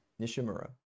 nishimura